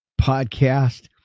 podcast